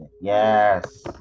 Yes